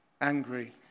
Angry